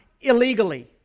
illegally